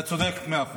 אתה צודק במאה אחוז.